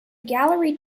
gallery